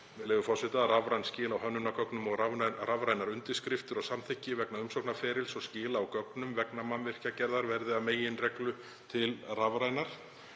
með leyfi forseta: „…að rafræn skil á hönnunargögnum og rafrænar undirskriftir og samþykki vegna umsóknarferlis og skila á gögnum vegna mannvirkjagerðar verði að meginreglu …“ Þetta